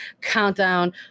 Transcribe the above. countdown